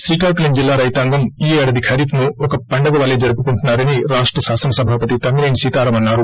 శ్రీకాకుళం జిల్లా రైతాంగం ఈ ఏడాది ఖరీఫ్ ను ఒక పండగ వలే జరుపుకుంటున్నా రని రాష్ర శాసనసభాపతి తమ్మినేని సీతారాం అన్నారు